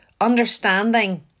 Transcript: Understanding